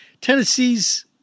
Tennessee's